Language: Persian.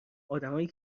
آدمایی